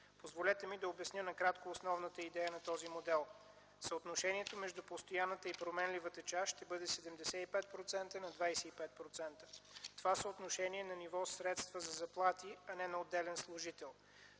Позволете ми да обясня накратко основната идея на този модел. Съотношението между постоянната и променливата част ще бъде 75% на 25%. Това съотношение е на ниво средства за заплати, а не за отделен служител.